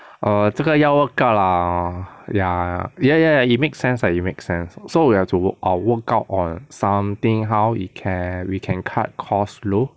err 这个要 work out lah ya ya ya ya it makes sense lah you make sense so we have to work out work out on something how it can we can cut costs low